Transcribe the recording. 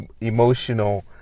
emotional